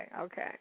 Okay